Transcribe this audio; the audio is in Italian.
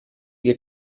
che